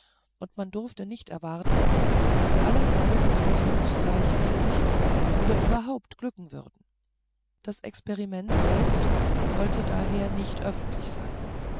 und man durfte nicht erwarten daß alle teile des versuchs gleichmäßig oder überhaupt glücken würden das experiment selbst sollte daher nicht öffentlich sein